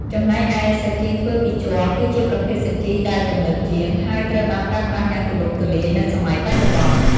ចំណែកឯ សាជីធ្វើពីជ័រគឺជាប្រភេទសាជីដែលទំនើបជាង ហើយត្រូវបានប្រើប្រាស់យ៉ាងទូលំទូលាយនៅសម័យបច្ចុប្បន្ន។